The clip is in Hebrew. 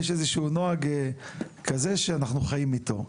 יש איזה שהוא נוהג כזה שאנחנו חיים אתו.